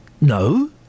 No